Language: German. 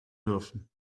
dürfen